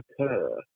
occur